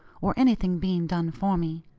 or anything being done for me.